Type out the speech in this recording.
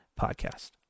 Podcast